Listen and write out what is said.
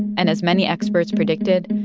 and as many experts predicted,